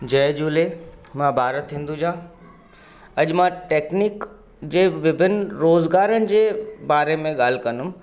जय झूले मां भारत हिंदुजा अॼु मां टेकनीक जे विभिन्न रोज़गारनि जे बारे में ॻाल्हि कंदुमि